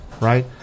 Right